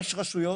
יש רשויות,